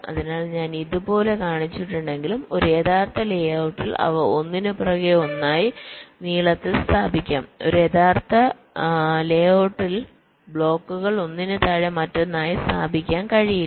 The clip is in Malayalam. അതിനാൽ ഞാൻ ഇത് ഇതുപോലെ കാണിച്ചിട്ടുണ്ടെങ്കിലും ഒരു യഥാർത്ഥ ലേഔട്ടിൽ അവ ഒന്നിനുപുറകെ ഒന്നായി നീളത്തിൽ സ്ഥാപിക്കാം ഒരു യഥാർത്ഥ ലേഔട്ടിൽ ബ്ലോക്കുകൾ ഒന്നിനു താഴെ മറ്റൊന്നായി സ്ഥാപിക്കാൻ കഴിയില്ല